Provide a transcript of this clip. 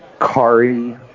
Kari